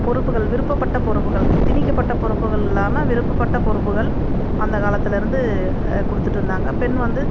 பொறுப்புகள் விருப்பப்பட்ட பொறுப்புகள் திணிக்கப்பட்ட பொறுப்புகள் இல்லாமல் விருப்பப்பட்ட பொறுப்புகள் அந்த காலத்திலருந்து கொடுத்துட்டுருந்தாங்க பெண் வந்து